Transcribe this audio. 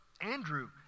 Andrew